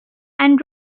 and